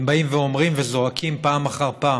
הם באים ואומרים וזועקים פעם אחר פעם.